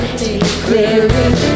declaring